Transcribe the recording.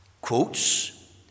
quotes